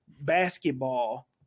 basketball